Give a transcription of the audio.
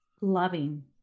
loving